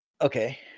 Okay